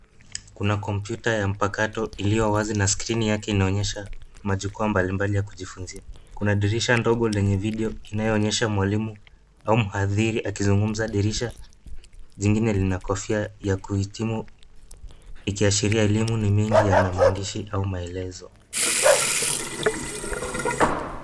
Kuna komputa ya mpakato iliyo wazi na sikirini yake inaonesha majukwaa mbalimbali ya kujifunza. Kuna dirisha ndogo lenye video inayoonyesha mwalimu au mhathiri akizungumza. Dirisha lingine lina kofia ya kuhitimu ikiashiria elimu ni mingi yana maandishi au maelezo.